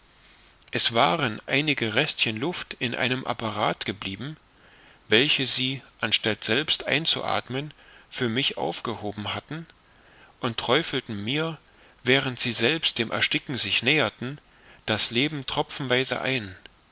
es waren einige restchen luft in einem apparat geblieben welche sie anstatt selbst einzuathmen für mich aufgehoben hatten und träufelten mir während sie selbst dem ersticken sich näherten das leben tropfenweise ein